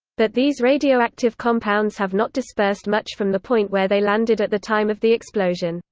but these radioactive compounds have not dispersed much from the point where they landed at the time of the explosion,